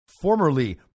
formerly